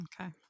Okay